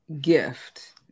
gift